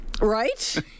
right